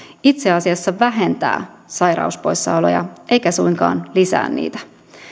itse asiassa vähentää sairauspoissaoloja eikä suinkaan lisää niitä